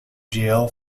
jail